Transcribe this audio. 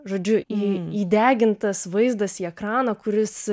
žodžiu į įdegintas vaizdas į ekraną kuris